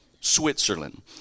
Switzerland